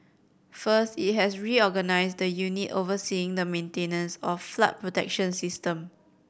first it has reorganised the unit overseeing the maintenance of the flood protection system